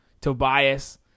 Tobias